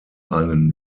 einen